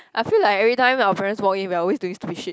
I feel like everytime our parents walk in we are always doing stupid shit